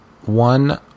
one